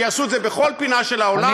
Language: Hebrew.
שיעשו את זה בכל פינה של העולם,